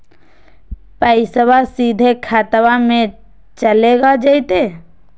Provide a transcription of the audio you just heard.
पैसाबा सीधे खतबा मे चलेगा जयते?